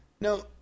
No